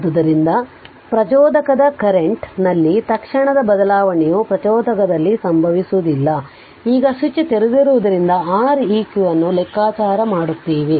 ಆದ್ದರಿಂದ ಪ್ರಚೋದಕದ ಕರೆಂಟ್ನಲ್ಲಿ ಹಠಾತ್ ಬದಲಾವಣೆಯು ಪ್ರಚೋದಕದಲ್ಲಿ ಸಂಭವಿಸುವುದಿಲ್ಲ ಈಗ ಸ್ವಿಚ್ ತೆರೆದಿರುವುದರಿಂದ R eq ಅನ್ನು ಲೆಕ್ಕಾಚಾರ ಮಾಡುತ್ತೇವೆ